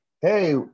hey